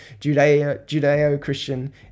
Judeo-Christian